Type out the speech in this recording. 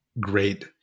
great